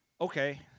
Okay